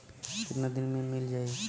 कितना दिन में मील जाई?